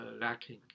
lacking